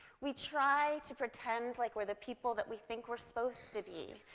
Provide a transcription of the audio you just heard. we try to pretend like we're the people that we think we're supposed to be.